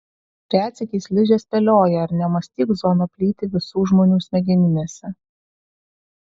retsykiais ližė spėlioja ar nemąstyk zona plyti visų žmonių smegeninėse